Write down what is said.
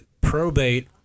probate